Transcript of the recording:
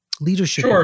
leadership